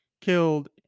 killed